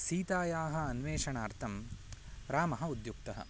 सीतायाः अन्वेषणार्थं रामः उद्युक्तः